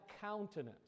countenance